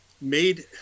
made